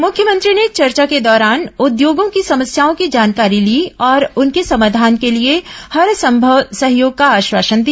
मुख्यमंत्री ने चर्चा के दौरान उद्योगों की समस्याओं की जानकारी ली और उनके समाधान के लिए हरसंभव सहयोग का आश्वासन दिया